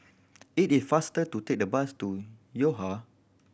it is faster to take the bus to Yo Ha